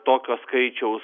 tokio skaičiaus